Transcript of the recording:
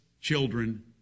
children